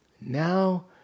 Now